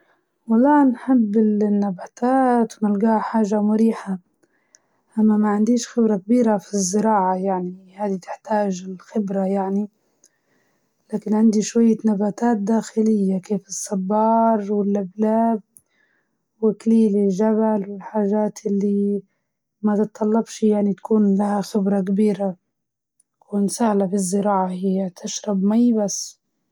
ما نعتبر نفسي خبيرة بالزراعة، بس نحب النباتات، عندي شوية نباتات في البيت زي الزعتر والريحان، نحب ورد الجوري، بس يحتاج عناية.